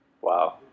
Wow